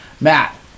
matt